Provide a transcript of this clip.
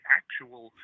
actual